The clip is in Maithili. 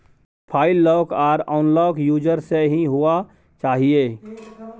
प्रोफाइल लॉक आर अनलॉक यूजर से ही हुआ चाहिए